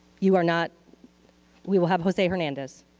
you are not we will have jose hernandez.